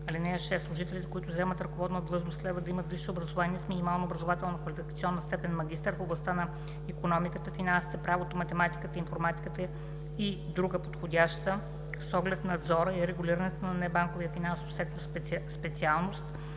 (6) Служителите, които заемат ръководна длъжност, следва да имат висше образование с минимално образователна квалификационна степен „магистър” в областта на икономиката, финансите, правото, математиката, информатиката и друга подходяща, с оглед надзора и регулирането на небанковия финансов сектор специалност